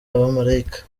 abamalayika